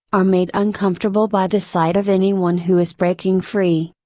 are made uncomfortable by the sight of anyone who is breaking free.